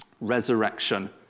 resurrection